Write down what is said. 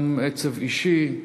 גם עצב אישי,